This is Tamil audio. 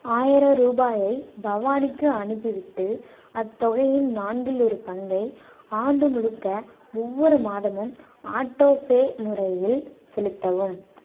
ஆயிரம் ரூபாயை பவானிக்கு அனுப்பிவிட்டு அத்தொகையின் நான்கில் ஒரு பங்கை ஆண்டு முழுக்க ஒவ்வொரு மாதமும் ஆட்டோபே முறையில் செலுத்தவும்